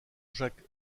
jacques